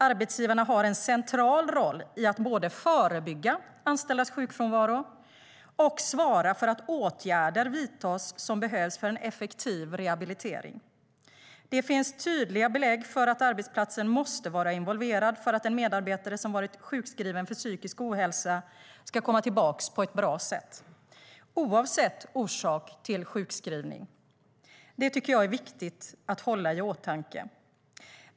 Arbetsgivarna har en central roll i att både förebygga anställdas sjukfrånvaro och svara för att åtgärder vidtas som behövs för en effektiv rehabilitering. Det finns tydliga belägg för att arbetsplatsen måste vara involverad för att en medarbetare som varit sjukskriven för psykisk ohälsa ska komma tillbaka på ett bra sätt, oavsett orsak till sjukskrivning. Det tycker jag är viktigt att hålla i åtanke.